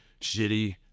shitty